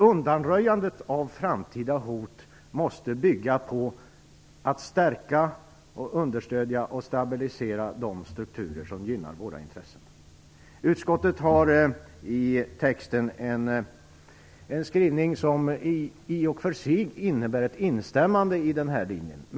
Undanröjandet av framtida hot måste bygga på att man stärker, understödjer och stabiliserar de strukturer som gynnar våra intressen. Utskottet har gjort en skrivning som i och för sig innebär ett instämmande i den här linjen.